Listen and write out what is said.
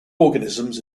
organisms